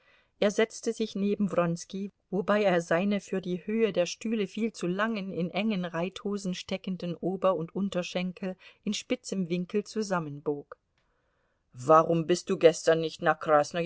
er setzte sich neben wronski wobei er seine für die höhe der stühle viel zu langen in engen reithosen steckenden ober und unterschenkel in spitzem winkel zusammenbog warum bist du gestern nicht nach